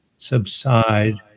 subside